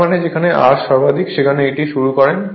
তার মানে যেখানে R সর্বাধিক সেখানে এটি শুরু করুন